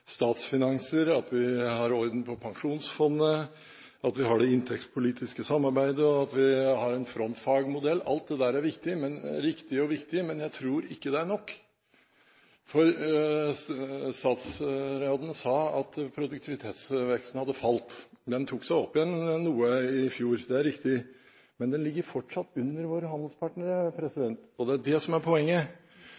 statsfinanser, at vi har orden på pensjonsfondet, at vi har det inntektspolitiske samarbeidet, og at vi har en frontfagmodell. Alt dette er riktig og viktig, men jeg tror ikke det er nok. Statsråden sa at produktivitetsveksten hadde falt. Den tok seg noe opp igjen i fjor – det er riktig – men den ligger fortsatt under den til våre handelspartnere. Det